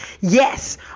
yes